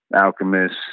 Alchemist